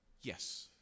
Yes